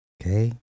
Okay